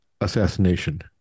assassination